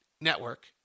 network